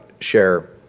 share